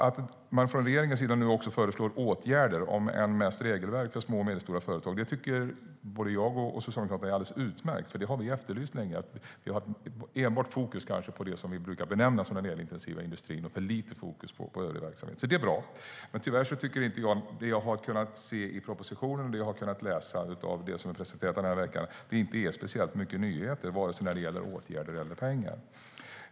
Att regeringen nu också föreslår åtgärder - om än mest regelverk - för små och medelstora företag tycker både jag och Socialdemokraterna är alldeles utmärkt. Det har vi nämligen efterlyst länge eftersom det kanske enbart är fokus på det som vi brukar benämna den elintensiva industrin och för lite fokus på övrig verksamhet. Det är alltså bra. Tyvärr är det som jag kan se i propositionen och det som jag har kunnat läsa av det som har presenterats den här veckan inte speciellt mycket nyheter, vare sig när det gäller åtgärder eller pengar.